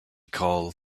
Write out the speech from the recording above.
call